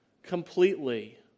completely